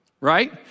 right